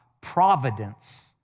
Providence